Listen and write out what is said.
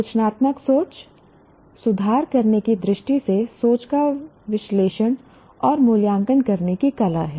आलोचनात्मक सोच सुधार करने की दृष्टि से सोच का विश्लेषण और मूल्यांकन करने की कला है